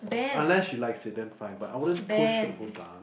unless you like sit down five I wouldn't push her to go down